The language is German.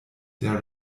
der